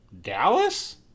Dallas